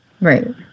Right